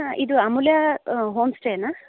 ಹಾಂ ಇದು ಅಮೂಲ್ಯ ಹೋಮ್ಸ್ಟೇನಾ